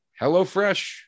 hellofresh